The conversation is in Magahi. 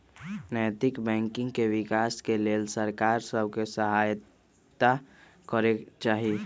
नैतिक बैंकिंग के विकास के लेल सरकार सभ के सहायत करे चाही